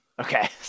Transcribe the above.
Okay